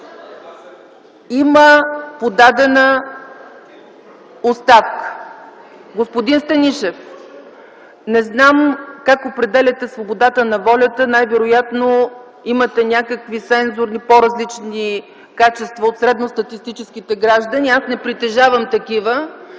Има подадена оставка. Господин Станишев, не знам как определяте свободата на волята, най-вероятно имате някакви по-различни сензорни качества от средностатистическите граждани. Аз не притежавам такива.